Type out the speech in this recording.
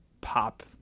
pop